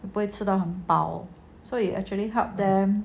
不会吃到很饱 so you actually help them